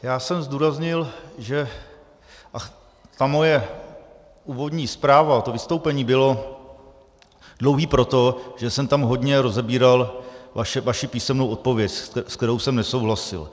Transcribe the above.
Jak jsem zdůraznil, ta moje úvodní zpráva, to vystoupení bylo dlouhé proto, že jsem tam hodně rozebíral vaši písemnou odpověď, se kterou jsem nesouhlasil.